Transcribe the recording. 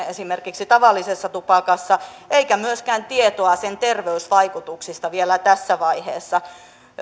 esimerkiksi tavallisessa tupakassa eikä ole myöskään tietoa sen terveysvaikutuksista vielä tässä vaiheessa